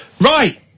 Right